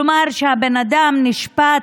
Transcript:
כלומר הבן אדם נשפט,